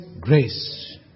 grace